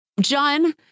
John